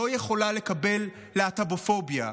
לא יכולה לקבל להט"בופוביה,